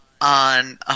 on